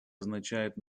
означает